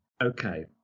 Okay